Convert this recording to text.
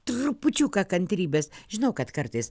trupučiuką kantrybės žinau kad kartais